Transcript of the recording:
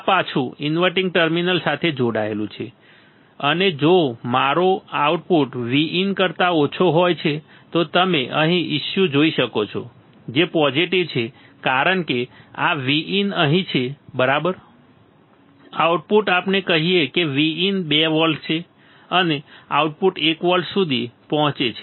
આ પાછું inverting terminal સાથે જોડાયેલું છે અને જો તમારો આઉટપુટ Vin કરતા ઓછો હોય છે તો તમે અહીં ઇસ્યુ જોઈ શકો છો જે પોઝિટિવ છે કારણ કે આ Vin અહીં છે બરાબર આઉટપુટ આપણે કહીએ કે Vin 2 વોલ્ટ છે અને આઉટપુટ 1 વોલ્ટ સુધી પહોંચે છે